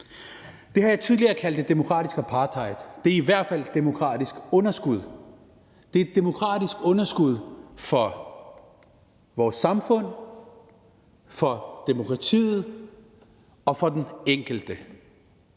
Det har jeg tidligere kaldt demokratisk apartheid. Det er i hvert fald et demokratisk underskud. Det er et demokratisk underskud for vores samfund, for demokratiet og for den enkelte.